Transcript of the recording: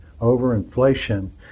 over-inflation